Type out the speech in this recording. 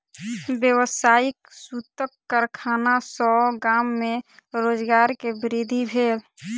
व्यावसायिक सूतक कारखाना सॅ गाम में रोजगार के वृद्धि भेल